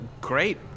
Great